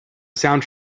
sound